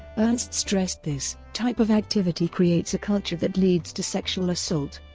ernst stressed this type of activity creates a culture that leads to sexual assault.